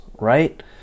right